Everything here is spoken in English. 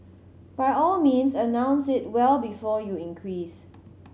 by all means announce it well before you increase